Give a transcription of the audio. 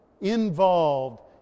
involved